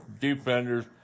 defenders